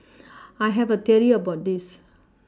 I have a theory about this